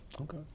Okay